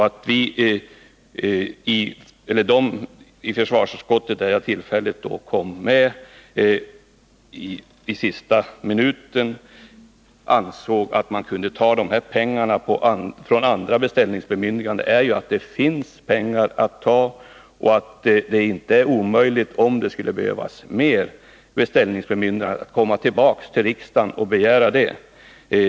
Att ledamöterna i försvarsutskottet — där jag tillfälligtvis kom med i sista minuten — ansåg att man kunde ta de pengarna från andra beställningsbemyndiganden är ju bevis för att det finns pengar att ta av och att det, om det skulle behövas fler beställningsbemyndiganden, inte är omöjligt att komma tillbaka till riksdagen och begära sådana.